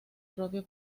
propio